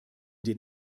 den